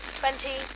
twenty